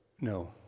no